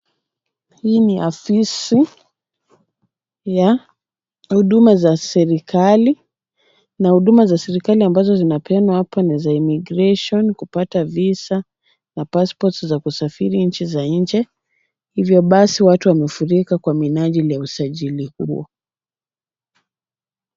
Hii ni afisi ya huduma za serikali na huduma za serikali ambazo zinapeanwa hapa ni za immigration , kupata visa na pasipoti za kusafiri nchi za nje, hivyo basi watu wamefurika kwa minajili ya usajiri huo.